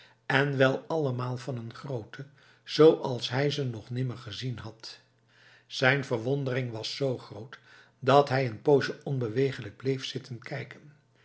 en wel allemaal van een grootte zooals hij ze nog nimmer gezien had zijn verwondering was zoo groot dat hij een poosje onbeweeglijk bleef zitten kijken